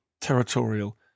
Territorial